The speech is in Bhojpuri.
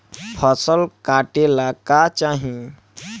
फसल काटेला का चाही?